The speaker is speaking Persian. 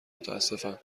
متاسفم